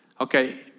Okay